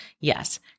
Yes